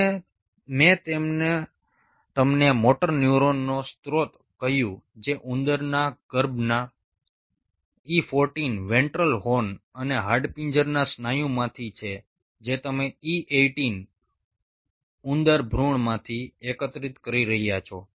અને મેં તમને મોટર ન્યુરોનનો સ્રોત કહ્યું જે ઉંદરના ગર્ભના E14 વેન્ટ્રલ હોર્ન અને હાડપિંજરના સ્નાયુમાંથી છે જે તમે E18 ઉંદર ભૃણમાંથી એકત્રિત કરી રહ્યા છો